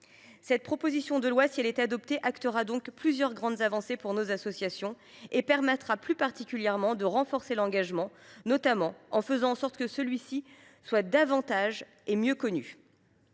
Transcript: Cette proposition de loi, si elle est adoptée, actera donc plusieurs grandes avancées pour nos associations. Elle permettra plus particulièrement de renforcer l’engagement, notamment en faisant en sorte que celui ci soit davantage et mieux reconnu.